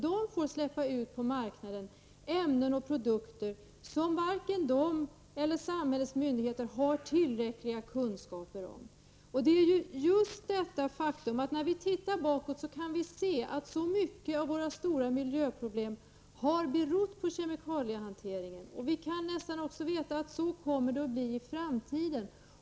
De får släppa ut på marknaden ämnen och produkter som varken de eller samhällets myndigheter har tillräckliga kunskaper om. När vi tittar bakåt kan vi se att mycket av våra stora miljöproblem har berott på kemikaliehanteringen. Vi kan nästan också veta att så kommer det att bli i framtiden.